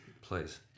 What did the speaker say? Please